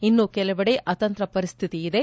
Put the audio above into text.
ಇನ್ನೂ ಕೆಲವಡೆ ಆತಂತ್ರ ಪರಿಸ್ತಿತಿ ಇದೆ